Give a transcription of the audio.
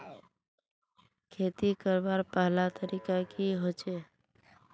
खेती करवार पहला तरीका की होचए?